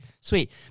sweet